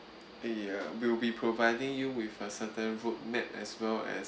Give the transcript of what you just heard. a uh we'll be providing you with a certain road map as well as